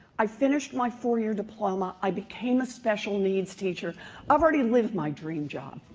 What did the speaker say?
i finished my four-year diploma. i became a special needs teacher. i've already lived my dream job,